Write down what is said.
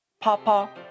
Papa